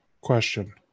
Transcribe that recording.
question